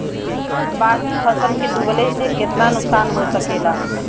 बाढ़ मे फसल के डुबले से कितना नुकसान हो सकेला?